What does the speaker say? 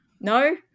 No